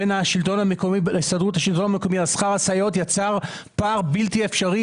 בין השלטון המקומי להסתדרות על שכר הסייעות יצר פער בלתי אפשרי